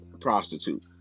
prostitute